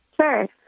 Sure